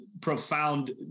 profound